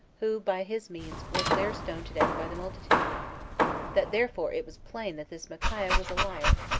who by his means was there stoned to death by the multitude that therefore it was plain that this micaiah was a liar,